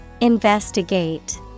Investigate